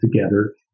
together